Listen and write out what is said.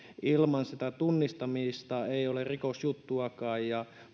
ilman sitä tunnistamista ei ole rikosjuttuakaan ja